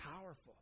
powerful